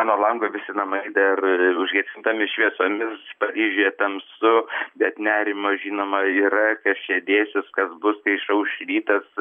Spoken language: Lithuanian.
mano lango visi namai dar užgesintomis šviesomis paryžiuje tamsu bet nerimo žinoma yra kas čia dėsis kas bus kai išauš rytas